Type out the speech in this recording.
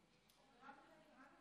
אפשר שיהיה שקט קצת?